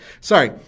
Sorry